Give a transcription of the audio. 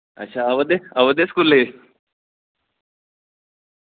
अच्छा आवा दे आवा दे स्कूलै